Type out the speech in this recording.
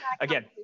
again